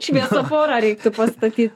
šviesoforą reiktų pastatyt